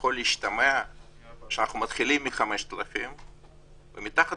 יכול להשתמע שאנחנו מתחילים מ-5,000 שקל ומתחת